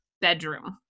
bedroom